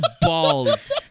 balls